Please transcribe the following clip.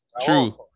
True